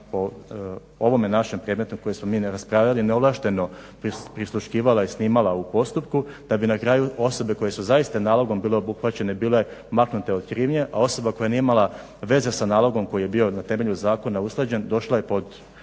po ovome našem predmetu o kojem smo mi raspravljali neovlašteno prisluškivala i snimala u postupku da bi na kraju osobe koje su zaista nalogom bile obuhvaćene bile maknute od krivnje, a osoba koja nije imala veze sa nalogom koji je bio na temelju zakona usklađen došla je pod